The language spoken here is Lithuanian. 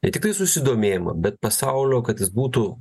ne tiktai susidomėjimą bet pasaulio kad jis būtų